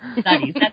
studies